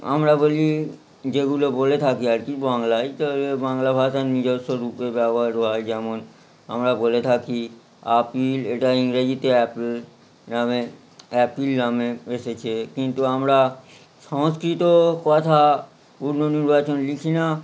আমরা বলি যেগুলো বলে থাকি আর কি বাংলায় বাংলা ভাষার নিজস্ব রূপে ব্যবহার হয় যেমন আমরা বলে থাকি আপিল এটা ইংরাজিতে অ্যাপেল নামে অ্যাপিল নামে এসেছে কিন্তু আমরা সংস্কৃত কথা পূর্ণ নির্বাচন লিখি না